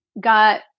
got